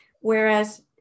whereas